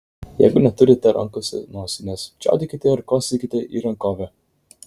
jeigu neturite rankose nosinės čiaudėkite ir kosėkite į rankovę